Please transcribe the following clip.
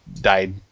died